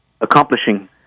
accomplishing